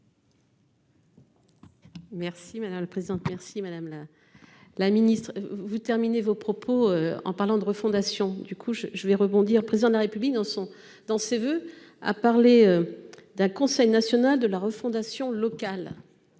Oui madame la présidente. Merci madame la. La ministre, vous terminez vos propos en parlant de refondation du coup je je vais rebondir, président de la République dans son, dans ses voeux à parler. D'un conseil national de la refondation local.